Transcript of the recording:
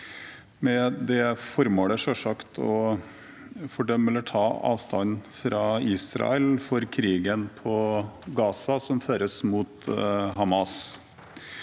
med det formålet å fordømme eller ta avstand fra Israel for krigen i Gaza som føres mot Hamas.